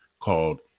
called